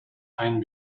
ein